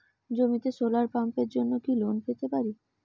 জমিতে সোলার পাম্পের জন্য কি লোন পেতে পারি?